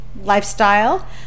lifestyle